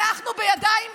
אנחנו בידיים נאמנות.